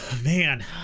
Man